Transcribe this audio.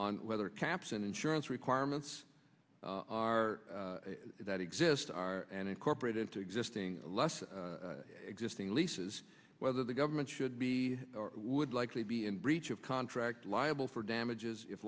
on whether caps and insurance requirements are that exist are and incorporated to existing less existing leases whether the government should be or would likely be in breach of contract liable for damages if